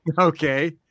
Okay